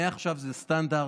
מעכשיו זה סטנדרט,